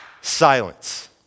silence